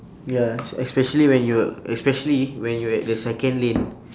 ya es~ especially when you're especially when you're at the second lane